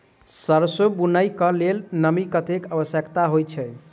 सैरसो बुनय कऽ लेल नमी कतेक आवश्यक होइ छै?